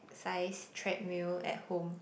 size treadmill at home